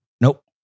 Nope